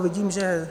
Vidím, že...